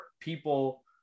people